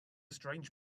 strange